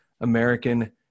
American